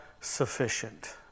sufficient